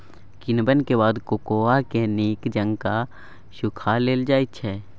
किण्वन के बाद कोकोआ के नीक जकां सुखा लेल जाइ छइ